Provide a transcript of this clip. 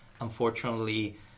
unfortunately